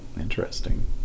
Interesting